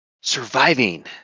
Surviving